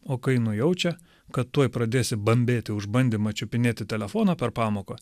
o kai nujaučia kad tuoj pradėsi bambėti už bandymą čiupinėti telefoną per pamoką